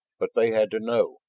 but they had to know,